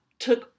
took